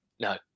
no